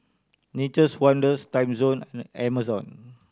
Nature's Wonders Timezone Amazon